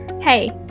Hey